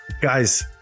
guys